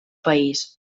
país